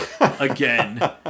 again